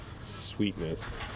sweetness